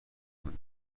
میکنی